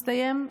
התכנון הסתיים,